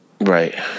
right